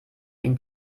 ihn